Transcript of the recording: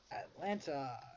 Atlanta